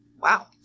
Wow